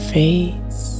face